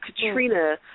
Katrina